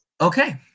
Okay